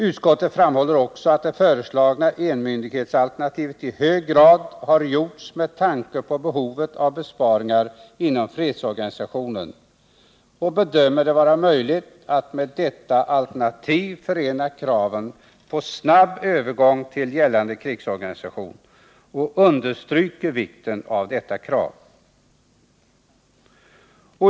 Utskottet framhåller också att det föreslagna enmyndighetsalternativet i hög grad har gjorts med tanke på behovet av besparingar inom fredsorganisationen, men bedömer det vara möjligt att med detta alternativ förena kraven på snabb övergång till gällande krigsorganisation och understryker vikten av detta krav.